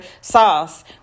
sauce